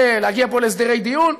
ולהגיע פה להסדרי דיון,